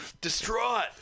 distraught